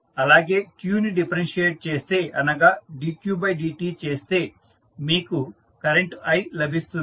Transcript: అలాగే q ని differentiate చేస్తే అనగా dqdt చేస్తే మీకు కరెంటు i లభిస్తుంది